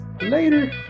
Later